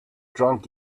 drunk